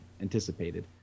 anticipated